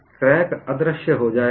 crack अदृश्य हो जाएगा